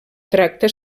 tracta